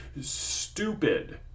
stupid